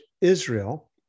Israel